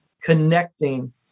Connecting